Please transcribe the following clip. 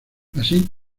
así